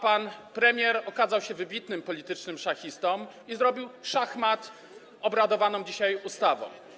Pan premier okazał się wybitnym politycznym szachistą i zrobił szach-mat omawianą dzisiaj ustawą.